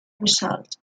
result